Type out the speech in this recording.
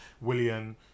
William